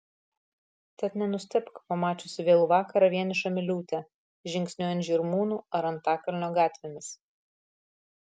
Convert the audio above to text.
tad nenustebk pamačiusi vėlų vakarą vienišą miliūtę žingsniuojant žirmūnų ar antakalnio gatvėmis